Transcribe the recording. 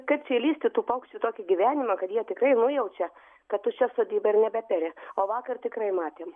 kaip čia įlįsti į tų paukščių tokį gyvenimą kad jie tikrai nujaučia kad tuščia sodyba ir nebeperi o vakar tikrai matėm